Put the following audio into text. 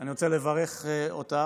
אני רוצה לברך אותך.